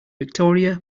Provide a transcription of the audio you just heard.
victoria